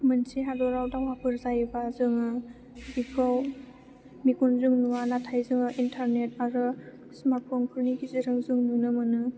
मोनसे हादराव दावहाफोर जायोबा जोङो बेखौ मेगनजों नुवा नाथाय जोङो इन्टारनेट आरो स्मार्टफ'नफोरनि गेजेराव जों नुनो मोनो